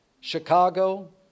Chicago